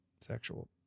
sexual